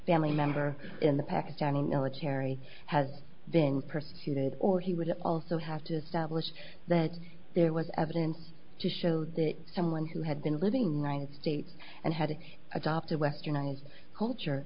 family member in the pakistani military has been persecuted or he would also have to stablish that there was evidence to show that someone who had been living right states and had adopted westernized culture